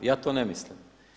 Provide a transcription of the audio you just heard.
Ja to ne mislim.